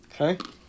Okay